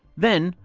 then,